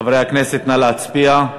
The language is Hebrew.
חברי הכנסת, נא להצביע.